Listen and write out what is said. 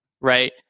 right